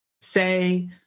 say